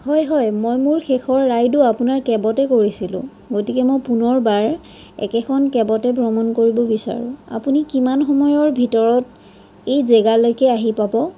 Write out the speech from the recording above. হয় হয় মই মোৰ শেষৰ ৰাইডো আপোনাৰ কেবতে কৰিছিলোঁ গতিকে মই পুনৰবাৰ একেখন কেবতে ভ্ৰমণ কৰিব বিচাৰোঁ আপুনি কিমান সময়ৰ ভিতৰত এই জেগালৈকে আহি পাব